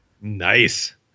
Nice